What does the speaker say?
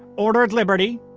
ordered liberty,